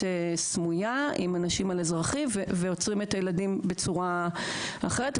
סמויה עם אנשים על אזרחי ועוצרים את הילדים בצורה אחרת.